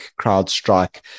CrowdStrike